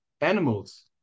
Animals